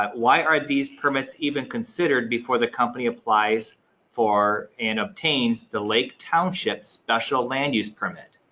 um why are these permits even considered before the company applies for and obtains the lake townships, special land use permit,